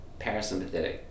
parasympathetic